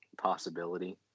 possibility